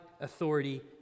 authority